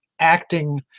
acting